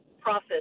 process